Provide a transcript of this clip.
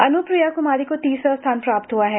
अन्नू प्रिया कुमारी को तीसरा स्थान प्राप्त हुआ है